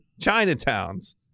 Chinatowns